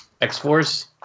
X-Force